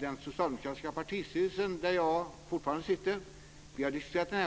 Den socialdemokratiska partistyrelsen - där jag fortfarande sitter - har diskuterat frågan.